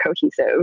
cohesive